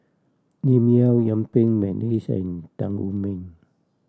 Lim Yau Yuen Peng McNeice and Tan Wu Meng